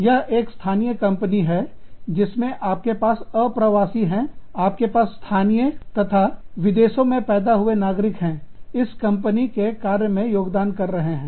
यह एक स्थानीय कंपनी है जिसमें आपके पास अप्रवासी हैं आपके पास स्थानीय तथा विदेशों में पैदा हुए नागरिक इस कंपनी के कार्य में योगदान कर रहे हैं